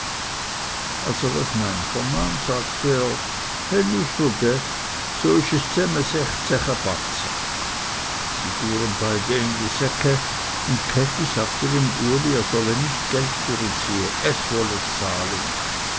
als er das nein vernahm sagte er he nu so de su isch es zäme sechszeche batze sie fuhren beide in die säcke und käthi sagte dem uli er solle nicht geld fürezieh es wolle zahlen